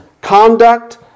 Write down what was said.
conduct